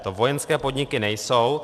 To vojenské podniky nejsou.